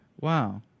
Wow